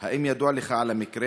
1. האם ידוע לך על המקרה?